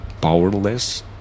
powerless